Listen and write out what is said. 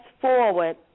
forward